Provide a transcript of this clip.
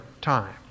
time